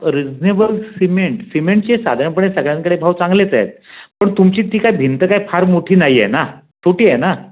reasonable cement सिमेंटचे साधारणपणे सगळ्यांकडे भाव चांगलेच आहेत पण तुमची ती काय भिंत काही फार मोठी नाही आहे ना छोटी आहे ना